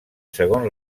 segons